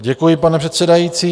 Děkuji, pane předsedající.